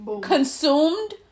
consumed